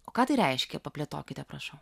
o ką tai reiškia plėtokite prašau